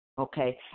Okay